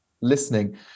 listening